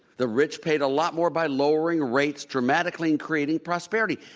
the rich paid a lot more by lowering rates dramatically and creating prosperity.